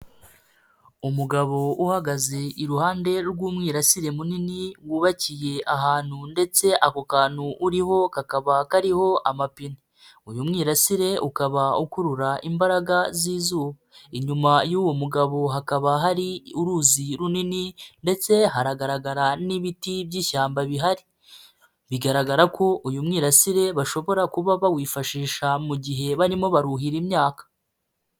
Umugabo uhagaze iruhande rw'umwirasire munini, wubakiye ahantu ndetse ako kantu uriho kakaba kariho amapine, uyu mwirasire ukaba ukurura imbaraga z'izuba, inyuma y'uwo mugabo hakaba hari uruzi runini ndetse haragaragara n'ibiti by'ishyamba bihari, bigaragara ko uyu mwirasire bashobora kuba bawifashisha mu gihe barimo baruhira imyaka.